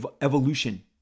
evolution